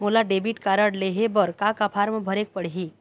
मोला debit card लेहे बर का का फार्म भरेक पड़ही?